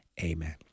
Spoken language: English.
Amen